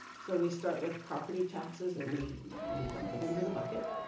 so we start with property taxes, and we i mean we dump it into the bucket.